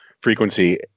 frequency